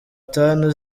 tanu